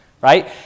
Right